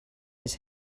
his